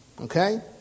Okay